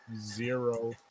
zero